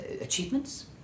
achievements